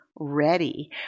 ready